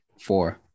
Four